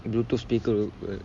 bluetooth speaker will will